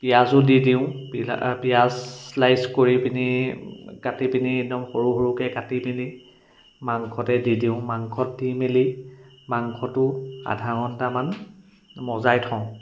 পিঁয়াজো দি দিওঁ পিঁয়াজ শ্লাইছ কৰি পিনি কাটি পিনি একদম সৰু সৰুকৈ কাটি পিনি মাংসতে দি দিওঁ মাংসত দি মেলি মাংসটো আধা ঘণ্টামান মজাই থওঁ